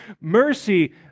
mercy